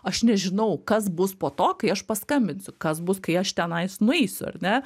aš nežinau kas bus po to kai aš paskambinsiu kas bus kai aš tenais nueisiu ar ne